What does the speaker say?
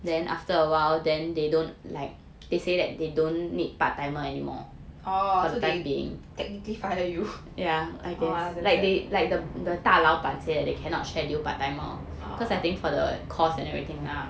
oh so they technically fired you !wah! damn sad oh